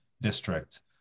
district